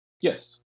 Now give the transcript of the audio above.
Yes